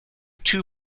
two